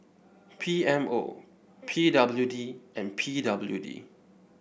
P M O P W D and P W D